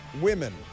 women